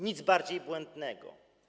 Nic bardziej błędnego.